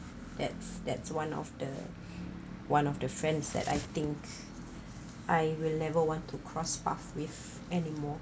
that's that's one of the one of the friends that I think I will never want to cross path with anymore